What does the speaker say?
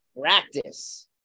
Practice